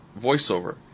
voiceover